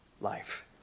life